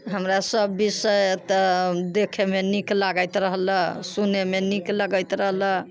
हमरा सब विषय तऽ देखेमे नीक लागैत रहलै सुनैमे नीक लगैत रहलै